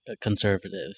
conservative